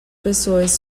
pessoas